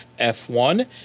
F1